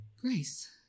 Grace